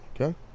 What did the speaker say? okay